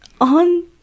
on